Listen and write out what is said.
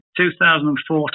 2014